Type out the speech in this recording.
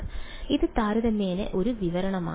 വിദ്യാർത്ഥി ഇത് താരതമ്യേന ഒരു വിവരണമാണ്